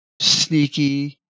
sneaky